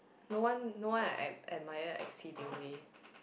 no one no one I at admire explicitly